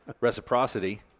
reciprocity